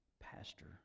pastor